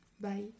Bye